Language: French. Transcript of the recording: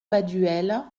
baduel